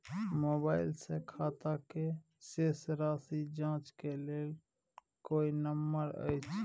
Mobile से खाता के शेस राशि जाँच के लेल कोई नंबर अएछ?